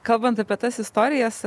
kalbant apie tas istorijas